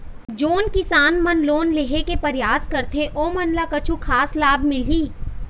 जोन किसान मन लोन लेहे के परयास करथें ओमन ला कछु खास लाभ मिलही?